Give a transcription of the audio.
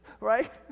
Right